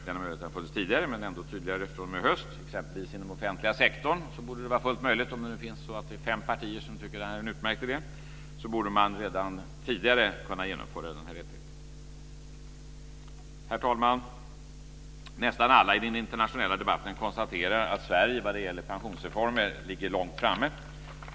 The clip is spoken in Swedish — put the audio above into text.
Möjligheten har funnits tidigare men blir tydligare fr.o.m. i höst. Exempelvis inom den offentliga sektorn borde det, om det nu finns fem partier som tycker att det här är en utmärkt idé, vara fullt möjligt att redan tidigare genomföra denna rättighet. Herr talman! Nästan alla i den internationella debatten konstaterar att Sverige vad gäller pensionsreform ligger långt framme.